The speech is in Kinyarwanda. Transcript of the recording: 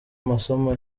masomo